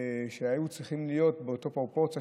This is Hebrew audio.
שהיו צריכים להיות לפי אותה פרופורציה